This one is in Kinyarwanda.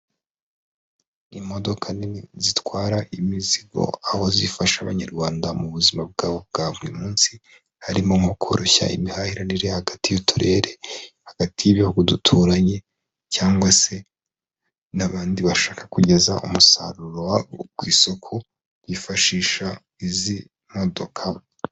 Imodoka nini zitwara imizigo aho zifasha abanyarwanda mu buzima bwabo bwa buri munsi, harimo nko koroshya imihahiranire hagati y'uturere, hagati y'ibihugu duturanye cyangwa se n'abandi bashaka kugeza umusaruro wabo ku isoko yifashisha izi modoka.